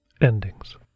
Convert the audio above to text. Endings